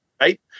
right